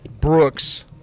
Brooks